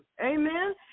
Amen